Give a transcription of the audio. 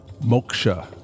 moksha